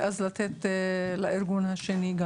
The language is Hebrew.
ואז לתת גם לארגון השני?